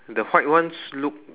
the white ones look